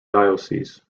diocese